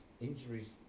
injuries